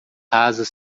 rasas